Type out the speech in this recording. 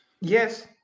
Yes